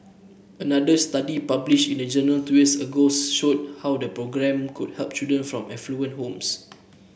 another study published in a journal two years ago showed how the programme could help children from affluent homes